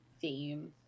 theme